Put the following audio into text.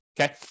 Okay